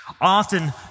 often